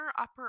upper